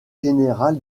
général